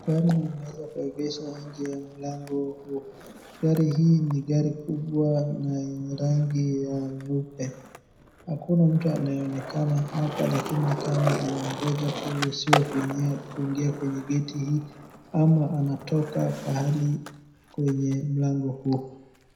Gari limeweza kuegeshwa nje ya mlango huo. Gari hii ni gari kubwa na yenye rangi ya nyeupe. Hakuna mtu anayeonekana hapa lakini ni kama anaongoja kuruhusiwa kuingia kwenye geti hii, ama anatoka pahali kwenye mlango huo.